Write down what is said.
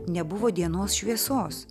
nebuvo dienos šviesos